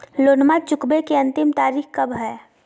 लोनमा चुकबे के अंतिम तारीख कब हय?